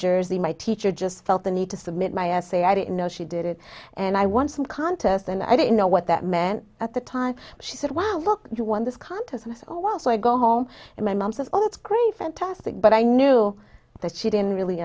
jersey my teacher just felt the need to submit my essay i didn't know she did it and i won some contest and i didn't know what that meant at the time she said wow look you won this contest also i go home and my mom says oh that's great fantastic but i knew that she didn't really